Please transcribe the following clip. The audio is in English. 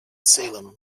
salem